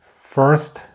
first